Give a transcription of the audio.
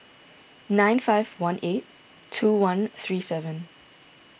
nine five one eight two one three seven